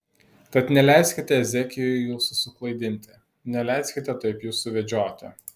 tad neleiskite ezekijui jūsų suklaidinti neleiskite taip jus suvedžioti